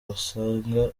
wasanga